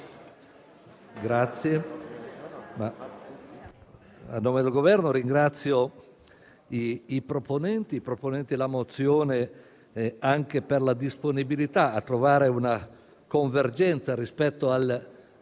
a nome del Governo ringrazio i proponenti la mozione, anche per la disponibilità a trovare una convergenza rispetto al